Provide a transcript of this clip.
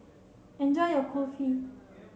enjoy your Kulfi